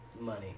Money